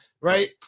right